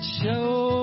show